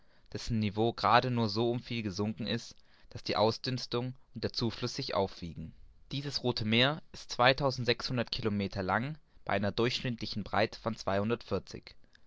dessen niveau gerade nur um so viel gesunken ist daß die ausdünstung und der zufluß sich aufwiegen dieses rothe meer ist zweitausendsechshundert kilometer lang bei einer durchschnittlichen breite von